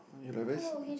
you like very s~